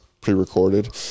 pre-recorded